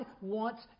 wants